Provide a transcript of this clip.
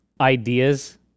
ideas